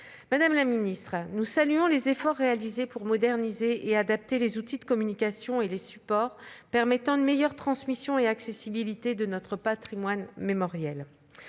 Madame la ministre, nous saluons les efforts réalisés pour moderniser et adapter les outils de communication et les supports permettant une meilleure transmission et une plus grande accessibilité de notre patrimoine mémoriel.